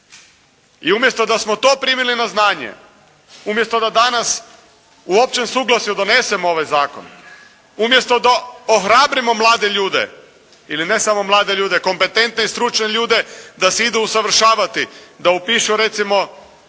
I umjesto da smo to primili na znanje, umjesto da danas u općem suglasju donesemo ovaj zakon, umjesto da ohrabrimo mlade ljude. Ili ne samo ljude, kompetentne i stručne ljude da se idu usavršavati, da upišu recimo